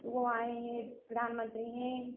वह आए है प्रधानमन्त्री है